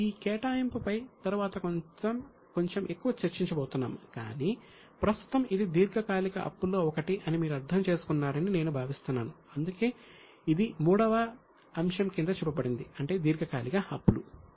మనము ఈ కేటాయింపు పై తరువాత కొంచెం ఎక్కువ చర్చించబోతున్నాము కాని ప్రస్తుతం ఇది దీర్ఘకాలిక అప్పుల్లో ఒకటి అని మీరు అర్థం చేసుకున్నారని నేను భావిస్తున్నాను అందుకే ఇది 3 వ అంశం కింద చూపబడింది అంటే దీర్ఘకాలిక అప్పులు